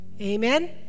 Amen